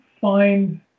find